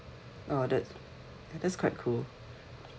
oh that's that's quite cool